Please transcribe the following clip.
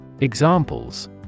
Examples